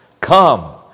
Come